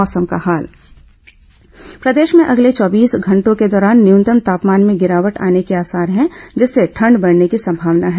मौसम प्रदेश में अगले चौबीस घंटों के दौरान न्यूनतम तापमान में गिरावट आने के आसार है जिससे ठंड बढ़ने की संभावना है